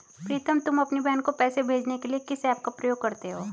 प्रीतम तुम अपनी बहन को पैसे भेजने के लिए किस ऐप का प्रयोग करते हो?